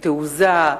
תעוזה,